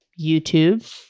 youtube